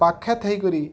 ପାଖେ ଥାଇକରି